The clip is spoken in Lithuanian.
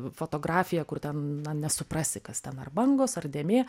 fotografija kur ten na nesuprasi kas ten ar bangos ar dėmė